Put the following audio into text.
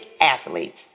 athletes